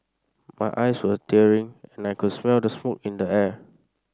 my eyes were tearing and I could smell the smoke in the air